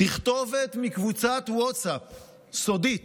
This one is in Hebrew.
תכתובת מקבוצת ווטסאפ סודית